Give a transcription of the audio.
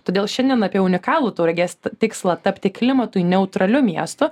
todėl šiandien apie unikalų tauragės t tikslą tapti klimatui neutraliu miestu